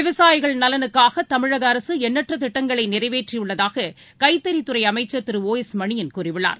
விவசாயிகள் நலனுக்காகதமிழகஅரசுஎண்ணற்றதிட்டங்களைநிறைவேற்றியுள்ளதாககைத்தறித்துறைஅமைச்சர் Thiru O S Manian கூறியுள்ளார்